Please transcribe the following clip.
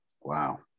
Wow